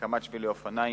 הקמת שבילי אופניים,